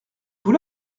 vous